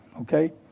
okay